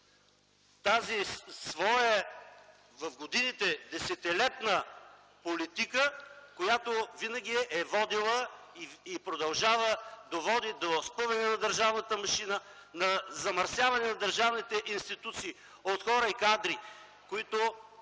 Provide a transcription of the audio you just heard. през годините – десетилетна политика, която винаги е водила и продължава да води до спъване на държавната машина, на замърсяване на държавните институции от хора и кадри, които